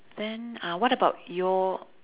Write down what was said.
then uh what about your